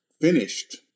finished